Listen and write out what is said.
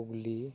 Hooghly